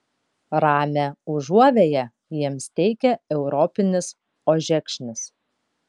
ramią užuovėją jiems teikia europinis ožekšnis